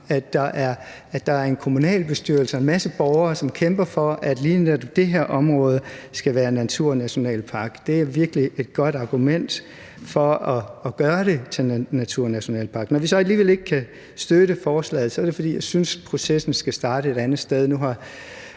at der er en kommunalbestyrelse og en masse borgere, som kæmper for at lige netop det her område skal være en naturnationalpark. Det er virkelig et godt argument for at gøre det til en naturnationalpark. Når vi så alligevel ikke kan støtte forslaget, er det, fordi vi synes processen skal starte et andet sted.